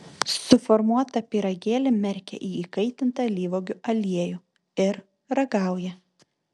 suformuotą pyragėlį merkia į įkaitintą alyvuogių aliejų ir ragauja